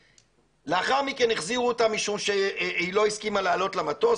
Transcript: לאחר מכן החזירו אותם משום שהיא לא הסכימה לעלות למטוס,